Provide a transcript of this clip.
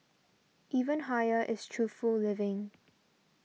even higher is truthful living